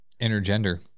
intergender